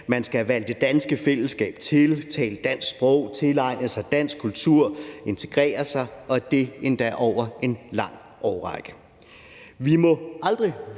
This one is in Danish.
man skal have valgt det danske fællesskab til, man skal tale dansk sprog, man skal tilegne sig dansk kultur og integrere sig – og det endda over en lang årrække. Vi må aldrig,